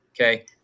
Okay